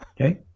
Okay